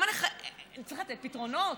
צריך לתת פתרונות.